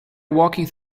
walking